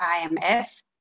IMF